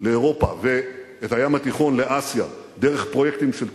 לאירופה ואת הים התיכון לאסיה דרך פרויקטים של תשתית,